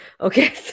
okay